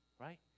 right